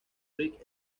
red